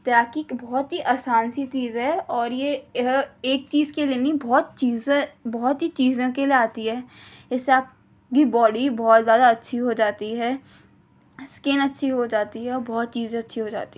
تیراکی ایک بہت ہی آسان سی چیز ہے اور یہ ایک چیز کے لیے نہیں بہت چیزیں بہت ہی چیزوں کے لیے آتی ہے اس سے آپ کی باڈی بہت زیادہ اچھی ہو جاتی ہے اسکن اچھی ہو جاتی ہے اور بہت چیزیں اچھی ہو جاتی